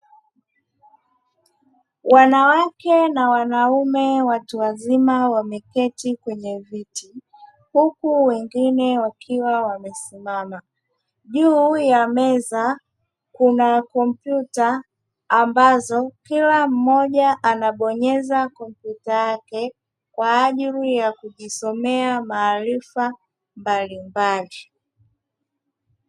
Wanawake na wanaume watu wazima wameketi kwenye viti, huku wengine wakiwa wamesimama. Juu ya meza kuna kompyuta; ambazo kila mmoja anabonyeza kompyuta yake kwa ajili ya kujisomea maarifa mbalimbali.